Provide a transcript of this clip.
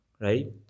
right